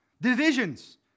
Divisions